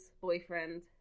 boyfriend